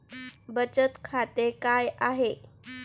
बचत खाते काय आहे?